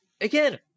again